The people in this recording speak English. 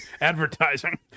advertising